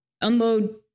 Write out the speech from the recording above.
unload